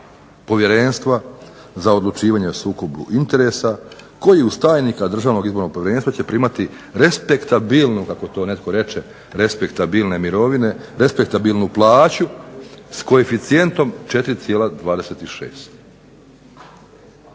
Povjerenstva za odlučivanje o sukobu interesa koji uz tajnika Državnog izbornog povjerenstva će primati respektabilno, kako to netko reče, respektabilne mirovine, respektabilnu plaću s koeficijentom 4,26.